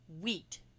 wheat